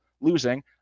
losing